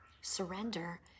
surrender